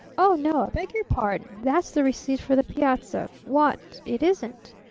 oh, no, i beg your pardon. that's the receipt for the piazza what? it isn't?